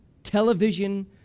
Television